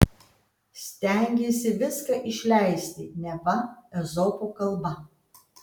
stengėsi viską išleisti neva ezopo kalba